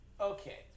Okay